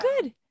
good